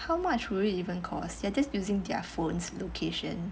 how much would it even cost you are just using their phones location